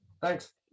Thanks